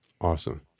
Awesome